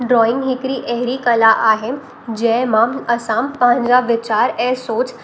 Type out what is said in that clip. drawing हिकरी अहिड़ी कला आहिनि जैंमां असां पंहिंजा वीचार ऐं सोचु